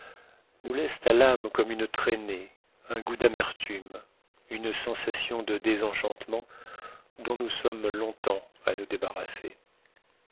nous laissent à l'âme comme une traînée de tristesse un goût d'amertume une sensation de désenchantement dont nous sommes longtemps à nous débarrasser